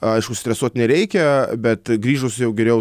aišku stresuot nereikia bet grįžus jau geriau